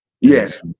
Yes